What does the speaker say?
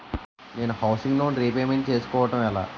నేను నా housing loan repayment చేసుకోవటం ఎలా?